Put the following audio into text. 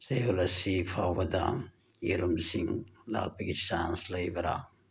ꯆꯌꯣꯜ ꯑꯁꯤ ꯐꯥꯎꯕꯗ ꯌꯦꯔꯨꯝꯁꯤꯡ ꯂꯥꯛꯄꯒꯤ ꯆꯥꯟꯁ ꯂꯩꯕꯔꯥ